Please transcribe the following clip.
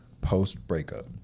post-breakup